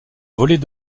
volet